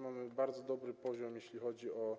Mamy bardzo dobry poziom, jeśli chodzi o